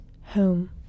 home